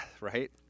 right